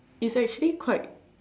it's actually quite